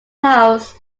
house